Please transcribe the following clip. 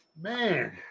Man